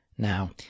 Now